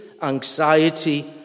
Anxiety